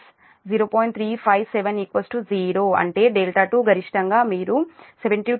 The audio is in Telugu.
357 0 అంటే δ2 గరిష్టంగా మీరు 720 లేదా 1